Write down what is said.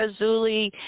Razuli